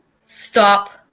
stop